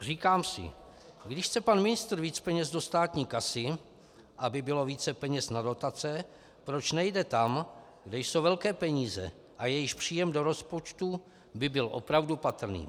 Říkám si, když chce pan ministr víc peněz do státní kasy, aby bylo více peněz na dotace, proč nejde tam, kde jsou velké peníze a jejichž příjem do rozpočtu by byl opravdu patrný.